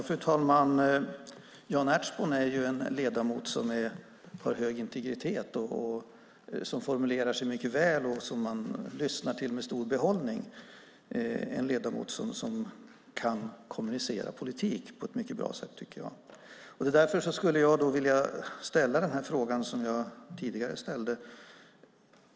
Fru talman! Jan Ertsborn är en ledamot som har hög integritet, som formulerar sig mycket väl och som man med stor behållning lyssnar på - en ledamot som jag tycker på ett mycket bra sätt kan kommunicera politik. Därför skulle jag vilja ställa en fråga som jag tidigare ställt.